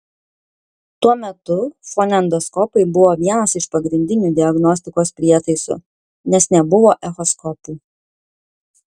tuo metu fonendoskopai buvo vienas iš pagrindinių diagnostikos prietaisų nes nebuvo echoskopų